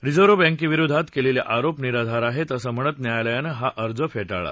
reserve बँकेविरोघात केलेले आरोप निराधार आहेत असं म्हणत न्यायालयानं हा अर्ज फेटाळला